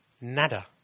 Nada